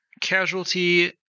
Casualty